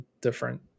different